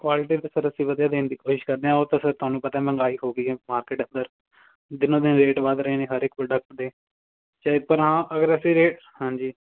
quality ਤਾਂ sir ਅਸੀਂ ਵਧੀਆ ਦੇਣ ਦੀ ਕੋਸ਼ਿਸ਼ ਕਰਦੇ ਹਾਂ ਉਹ ਤਾਂ ਸਰ ਤੁਹਾਨੂੰ ਪਤਾ ਮਹਿੰਗਾਈ ਹੋ ਗਈ ਹੈ ਮਾਰਕੀਟ ਅੰਦਰ ਦਿਨੋਂ ਦਿਨ ਰੇਟ ਵੱਧ ਰਹੇ ਨੇ ਹਰ ਇੱਕ ਪ੍ਰਡਕਟ ਦੇ ਚਾਹੇ ਪਰ ਹਾਂ ਅਗਰ ਅਸੀਂ ਰੇਟ ਹਾਂਜੀ